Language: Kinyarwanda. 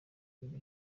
bibiri